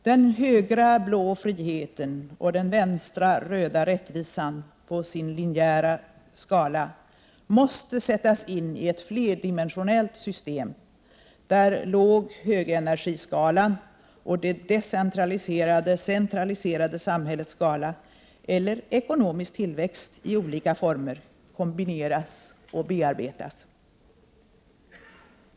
Den högra blå friheten och den vänstra röda rättvisan på sin linjära skala måste sättas in i ett flerdimensionellt system, där låg-hög-energiskalan och det decentraliserade—centraliserade samhällets skala eller ekonomisk tillväxt i olika former kombineras och bearbetas.